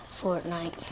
Fortnite